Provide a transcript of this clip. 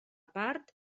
part